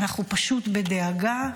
אנחנו פשוט בדאגה.